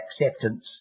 acceptance